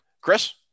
Chris